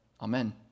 amen